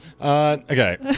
Okay